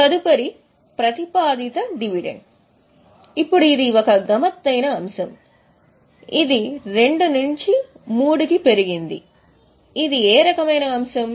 తదుపరి ప్రతిపాదిత డివిడెండ్ ఇప్పుడు ఇది ఒక గమ్మత్తైన అంశం ఇది 2 నుండి 3 కి పెరిగింది ఇది ఏ రకమైన అంశం